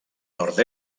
nord